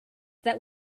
that